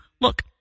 look